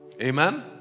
Amen